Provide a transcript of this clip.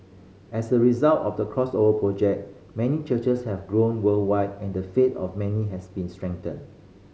as a result of the Crossover Project many churches have grown worldwide and the faith of many has been strengthened